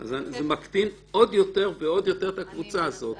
אז זה מקטין יותר את הקבוצה הזאת.